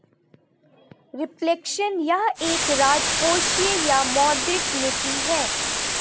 reflection यह एक राजकोषीय या मौद्रिक नीति है